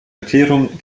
erklärung